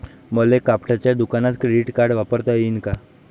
मले कपड्याच्या दुकानात क्रेडिट कार्ड वापरता येईन का?